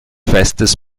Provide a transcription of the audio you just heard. festes